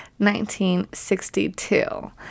1962